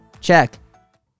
Check